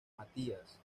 matías